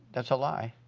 that's a lie.